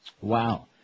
Wow